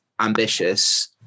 ambitious